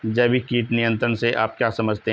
जैविक कीट नियंत्रण से आप क्या समझते हैं?